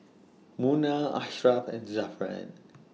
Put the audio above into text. Munah Ashraf and Zafran